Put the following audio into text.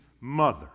mother